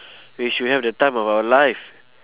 we should have the time of our life